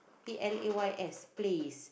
P L A Y S plays